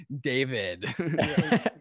David